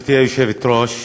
גברתי היושבת-ראש,